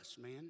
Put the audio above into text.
man